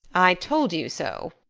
i told you so.